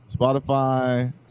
Spotify